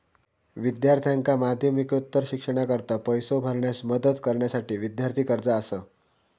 विद्यार्थ्यांका माध्यमिकोत्तर शिक्षणाकरता पैसो भरण्यास मदत करण्यासाठी विद्यार्थी कर्जा असा